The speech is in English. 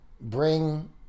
bring